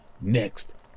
Next